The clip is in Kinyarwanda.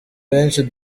benshi